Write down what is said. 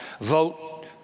vote